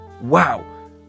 Wow